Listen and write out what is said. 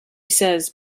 says